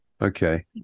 Okay